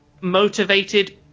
motivated